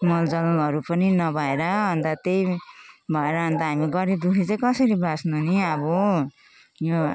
मलजलहरू पनि नभएर अनि त त्यही भएर अनि त हामी गरीब दुखी चाहिँ कसरी बाच्नु नि अब यो